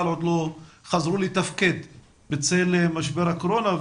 עוד לא חזרו לתפקד בצל משבר הקורונה.